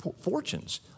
fortunes